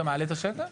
מותר לנו לראות אותם?